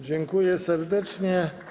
Dziękuję serdecznie.